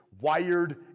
wired